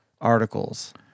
articles